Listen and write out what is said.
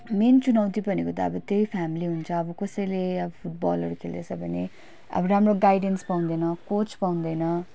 main चुनौति भनेको त अब त्यही फेमिली हुन्छ अब कसैले अब फुटबलहरू खेल्दैछ भने अब राम्रो गाइडेन्स पाउँदैन कोच पाउँदैन